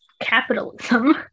capitalism